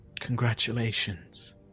congratulations